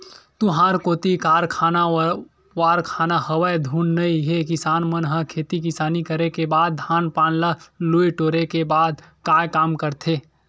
तुँहर कोती कारखाना वरखाना हवय धुन नइ हे किसान मन ह खेती किसानी करे के बाद धान पान ल लुए टोरे के बाद काय काम करथे?